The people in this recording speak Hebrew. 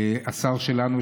השר שלנו,